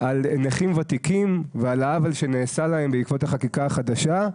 על נכים ותיקים ועל העוול שנעשה להם בעקבות החקיקה החדשה,